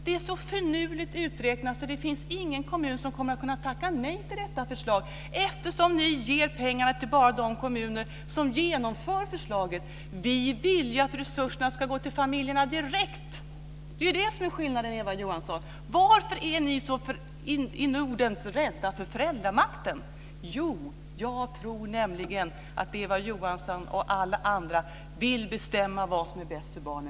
Det är så finurligt uträknat att det inte finns någon kommun som kommer att kunna tacka nej till detta förslag, eftersom ni bara ger pengar till de kommuner som genomför förslaget. Vi vill att resurserna ska gå till familjerna direkt. Det är det som är skillnaden, Eva Johansson. Varför är ni så in i norden rädda för föräldramakten? Jag tror att Eva Johansson och alla andra vill bestämma vad som är bäst för barnen.